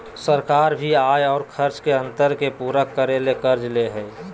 सरकार भी आय और खर्च के अंतर के पूरा करय ले कर्ज ले हइ